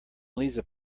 lisa